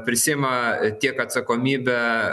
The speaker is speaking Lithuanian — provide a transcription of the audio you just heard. prisiima tiek atsakomybę